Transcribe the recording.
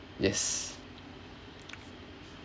yes